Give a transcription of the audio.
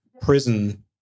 Prison